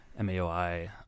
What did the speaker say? MAOI